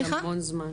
זה המון זמן.